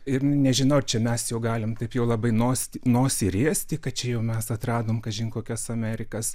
ir nežinau čia mes jau galim taip jau labai nosį nosį riesti kad čia jau mes atradom kažin kokias amerikos